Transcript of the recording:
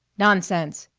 nonsense!